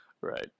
Right